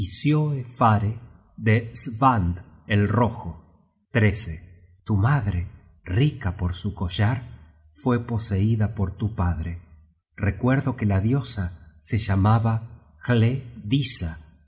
svand el rojo tu madre rica por su collar fue poseida por tu padre recuerdo que la diosa se llamaba